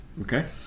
Okay